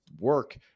work